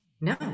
No